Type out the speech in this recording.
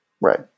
right